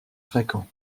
fréquent